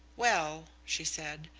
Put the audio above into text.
well, she said,